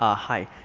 ah hi,